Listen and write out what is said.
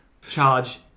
Charge